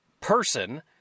person